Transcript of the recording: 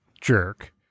jerk